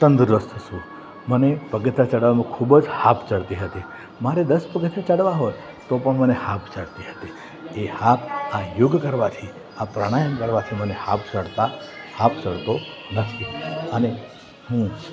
તંદુરસ્ત છું મને પગથિયાં ચડવામાં ખૂબ જ હાંફ ચડતી હતી મારે દસ પગથિયાં છળવા હોય તો પણ મને હાંફ ચડતી હતી એ હાંફ આ યોગ કરવાથી આ પ્રાણાયામ કરવાથી મને હાંફ ચડતા હાંફ ચડતો નથી અને હું